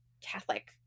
Catholic